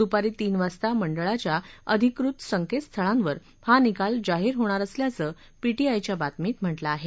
दुपारी तीन वाजता मंडळाच्या अधिकृत संकेतस्थळांवर हा निकाल जाहीर होणार असल्याचं पी आयच्या बातमीत म्हा मिं आहे